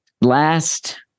last